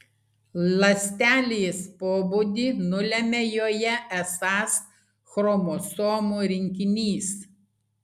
ląstelės pobūdį nulemia joje esąs chromosomų rinkinys